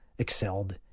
Excelled